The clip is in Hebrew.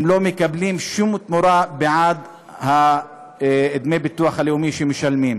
הם לא מקבלים שום תמורה בעד דמי הביטוח הלאומי שהם משלמים.